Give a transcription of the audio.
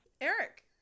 Eric